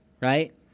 right